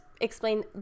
explain